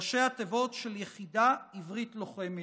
ראשי התיבות של יחידה עברית לוחמת.